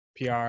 PR